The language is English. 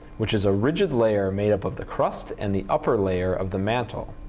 which is a rigid layer made up of the crust and the upper layer of the mantle.